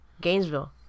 Gainesville